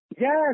Yes